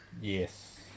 Yes